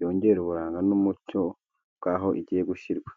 yongere uburanga n'umucyo bwaho igiye gushyirwa.